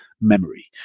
memory